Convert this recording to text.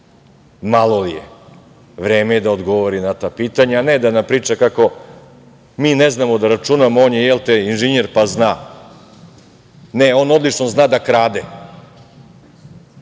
Malo li je? Vreme je da odgovori na ta pitanja, a ne da nam priča kako mi ne znamo da računamo, on je jel, te, inženjer, pa zna. Ne, on odlično zna da krade.